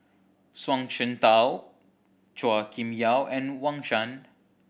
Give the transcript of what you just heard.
Zhuang Shengtao Chua Kim Yeow and Wang Sha